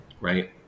right